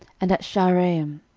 and at shaaraim.